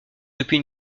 depuis